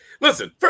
listen